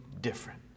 different